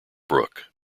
brook